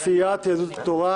סיעת יהדות התורה